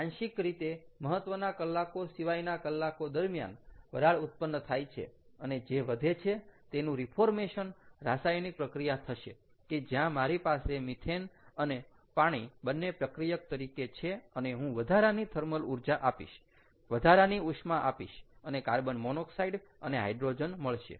આંશિક રીતે મહત્ત્વના કલાકો સિવાયના કલાકો દરમિયાન વરાળ ઉત્પન્ન થાય છે અને જે વધે છે તેનું રીફોર્મેશન રાસાયણિક પ્રક્રિયા થશે કે જ્યાં મારી પાસે મિથેન અને પાણી બંને પ્રક્રિયક તરીકે છે અને હું વધારાની થર્મલ ઊર્જા આપીશ વધારાની ઉષ્મા આપીશ અને કાર્બન મોનોક્સાઈડ અને હાઇડ્રોજન મળશે